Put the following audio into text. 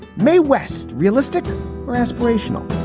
mae west. realistic or aspirational?